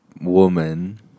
woman